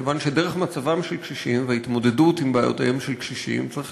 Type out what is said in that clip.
כיוון שדרך מצבם של קשישים וההתמודדות עם בעיותיהם של קשישים צריך